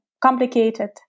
complicated